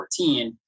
2014